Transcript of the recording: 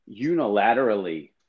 unilaterally